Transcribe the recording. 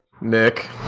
nick